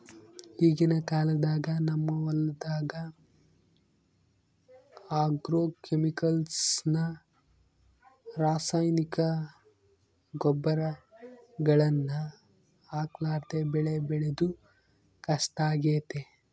ಈಗಿನ ಕಾಲದಾಗ ನಮ್ಮ ಹೊಲದಗ ಆಗ್ರೋಕೆಮಿಕಲ್ಸ್ ನ ರಾಸಾಯನಿಕ ಗೊಬ್ಬರಗಳನ್ನ ಹಾಕರ್ಲಾದೆ ಬೆಳೆ ಬೆಳೆದು ಕಷ್ಟಾಗೆತೆ